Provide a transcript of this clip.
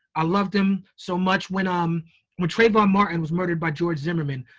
i love them so much. when um when trayvon martin was murdered by george zimmerman,